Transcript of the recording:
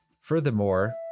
Furthermore